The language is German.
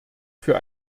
für